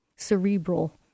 cerebral